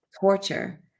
torture